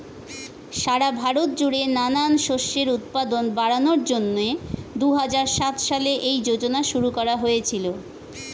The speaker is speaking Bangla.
সারা ভারত জুড়ে নানান শস্যের উৎপাদন বাড়ানোর জন্যে দুহাজার সাত সালে এই যোজনা শুরু করা হয়েছিল